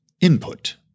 input